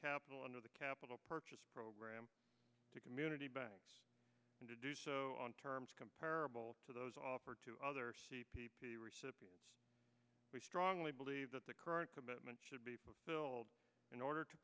capital under the capital purchase program to community banks and to do so on terms comparable to those offered to other c p p recipients we strongly believe that the current commitments should be killed in order to